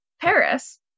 Paris